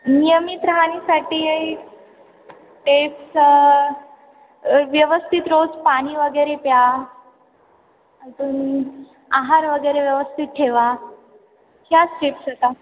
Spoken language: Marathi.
नियमित राहाणीसाठी टिप्स व्यवस्थित रोज पाणी वगैरे प्या अजून आहार वगैरे व्यवस्थित ठेवा ह्याच टिप्स येतात